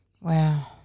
Wow